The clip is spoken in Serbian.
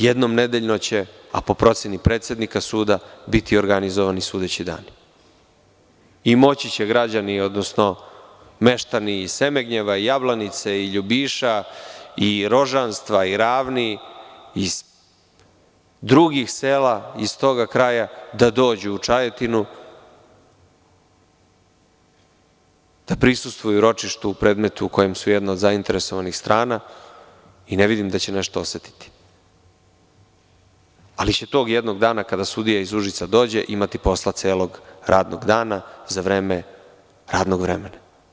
Jednom nedeljno će, a po proceni predsednika suda biti organizovani sudeći dani i moći će građani, odnosno meštani iz Semegnjeva, Jablanice, Ljubiša, Rožanstva, Ravni, iz drugih sela iz tog kraja da dođu u Čajetinu da prisustvuju ročištu u predmetu u kojem su jedna od zainteresovanih strana i ne vidim da će nešto osetiti, ali će tog jednog dana kada sudija iz Užica dođe imati posla celog radnog dana za vreme radnog vremena.